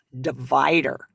divider